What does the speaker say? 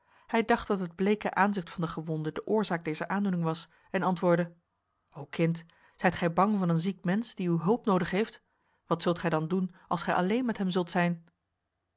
hij dacht dat het bleke aanzicht van de gewonde de oorzaak dezer aandoening was en antwoordde o kind zijt gij bang van een ziek mens die uw hulp nodig heeft wat zult gij dan doen als gij alleen met hem zult zijn